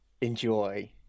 enjoy